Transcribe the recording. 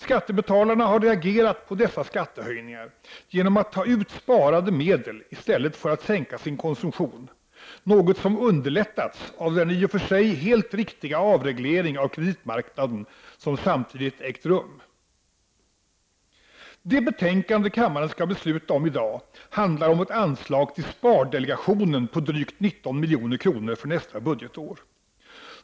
Skattebetalarna har reagerat på dessa skattehöjningar genom att ta ut sparade medel i stället för att sänka sin konsumtion, något som underlättats av den i och för sig helt riktiga avreglering av kreditmarknaden som samtidigt ägt rum. Det betänkande som kammaren snart skall besluta om och som vi debatterar i dag handlar om ett anslag till spardelegationen på drygt 19 milj.kr. för nästa budgetår.